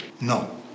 No